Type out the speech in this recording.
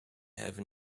have